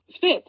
fit